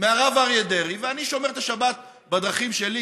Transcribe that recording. מהרב אריה דרעי, ואני שומר את השבת בדרכים שלי,